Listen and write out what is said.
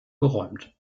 geräumt